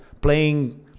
playing